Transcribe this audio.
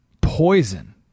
poison